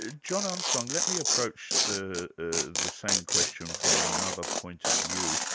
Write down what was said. ah john armstrong, let me approach the the same question from another point of view.